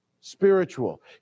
Spiritual